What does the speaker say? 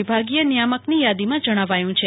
વિભાગીય નિયામક ભુજની યાદીમાં જણાવાયું છે